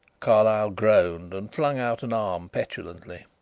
carlyle groaned and flung out an arm petulantly.